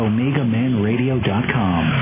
OmegaManRadio.com